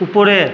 উপরে